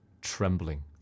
trembling